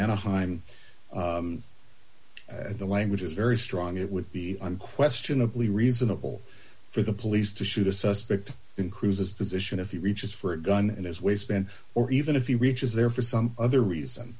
anaheim at the language is very strong it would be unquestionably reasonable for the police to shoot a suspect in cruz's position if he reaches for a gun in his waistband or even if he reaches there for some other reason